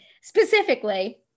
specifically